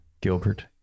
Gilbert